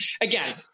again